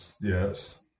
yes